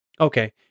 Okay